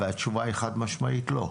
והתשובה היא חד משמעית: לא,